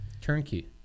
Turnkey